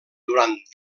durant